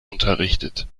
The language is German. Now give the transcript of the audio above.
unterrichtet